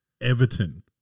Everton